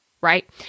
right